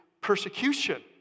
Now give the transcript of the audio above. persecution